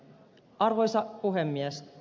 arvoisa puhemies